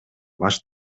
баш